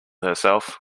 herself